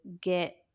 get